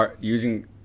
using